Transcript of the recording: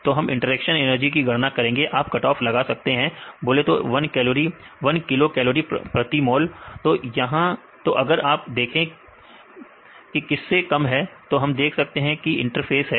तो हम interaction energy की गणना करेंगे आप कटऑफ लगा सकते हैं बोले तो 1 किलो कैलोरी प्रति मॉल तो अगर आप देखें किस से कम है तो हम देख सकते हैं कि यह इंटरफ़ेस है